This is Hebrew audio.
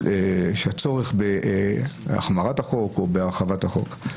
ולכן אין צורך בהחמרת החוק או בהרחבת החוק.